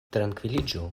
trankviliĝu